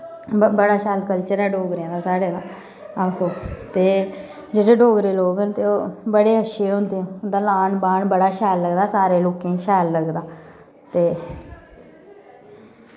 ब बड़ा शैल कल्चर ऐ डोगरें दा साढ़े दा आहो ते जेह्ड़े डोगरे लोक न ते ओह् बड़े अच्छे होंदे उं'दा लान पाण बड़ा शैल लगदा सारें लोकें शैल लगदा ते